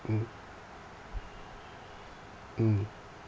mm mm